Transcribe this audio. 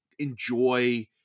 enjoy